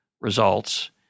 results